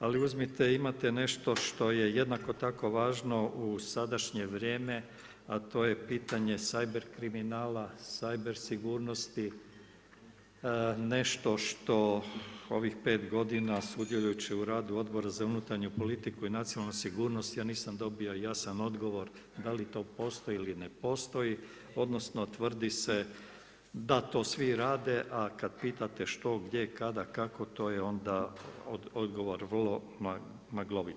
Ali uzmite, imate nešto što je jednako tako važno u sadašnje vrijeme, a to je pitanje cyber kriminala, cyber sigurnosti, nešto što u ovih pet godina sudjelujući u radu Odbora za unutarnju politiku i nacionalnu sigurnost ja nisam dobio jasan odgovor da li to postoji ili ne postoji, odnosno tvrdi se da to svi rade, a kad pitate što, gdje, kada, kako, to je onda odgovor vrlo maglovit.